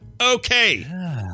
Okay